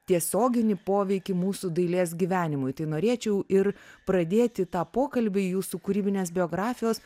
tiesioginį poveikį mūsų dailės gyvenimui tai norėčiau ir pradėti tą pokalbį jūsų kūrybinės biografijos